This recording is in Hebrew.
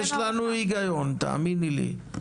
יש לנו היגיון, תאמיני לי.